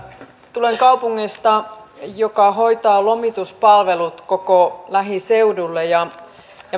tulen kaupungista joka hoitaa lomituspalvelut koko lähiseudulle ja